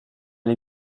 les